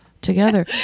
together